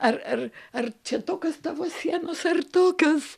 ar ar ar čia tokios tavo sienos ar tokios